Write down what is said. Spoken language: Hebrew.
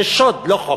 זה שוד, לא חוק.